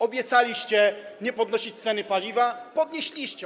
Obiecaliście nie podnosić ceny paliwa - podnieśliście.